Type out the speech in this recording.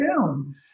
down